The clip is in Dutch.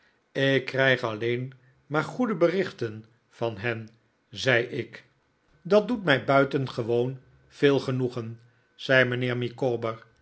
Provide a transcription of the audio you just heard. ik krijg alleen maar goede berichten van hen zei ik david copperfield dat doet mij buitengewoon veel genoegen zei mijnheer micawber